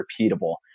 repeatable